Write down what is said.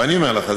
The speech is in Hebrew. ואני אומר לך,